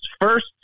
first